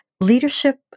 Leadership